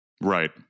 right